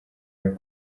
rwose